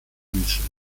wünschen